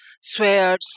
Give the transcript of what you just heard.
swears